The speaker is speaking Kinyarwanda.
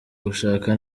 gushaka